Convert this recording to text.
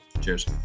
Cheers